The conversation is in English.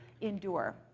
endure